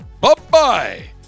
Bye-bye